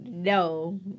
No